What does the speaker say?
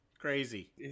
crazy